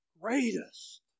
greatest